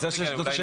לא.